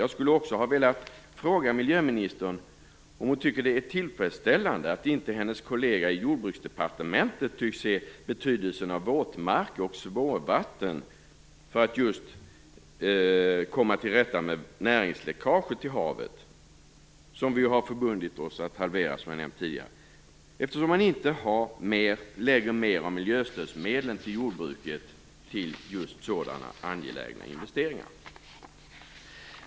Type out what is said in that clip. Jag skulle också ha velat fråga miljöministern om hon tycker att det är tillfredsställande att hennes kollega i Jordbruksdepartementet inte tycks se betydelsen av våtmarker och småvatten för att just komma till rätta med näringsläckage till havet - det har vi ju förbundit oss att halvera, som jag nämnde tidigare - eftersom man inte lägger mer av miljöstödsmedlen till jordbruket till sådana angelägna investeringar.